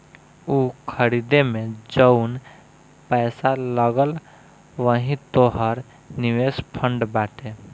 ऊ खरीदे मे जउन पैसा लगल वही तोहर निवेश फ़ंड बाटे